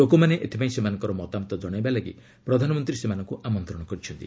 ଲୋକମାନେ ଏଥିପାଇଁ ସେମାନଙ୍କର ମତାମତ କଣାଇବାପାଇଁ ପ୍ରଧାନମନ୍ତ୍ରୀ ସେମାନଙ୍କୁ ଆମନ୍ତ୍ରଣ କରିଛନ୍ତି